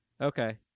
Okay